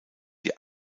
die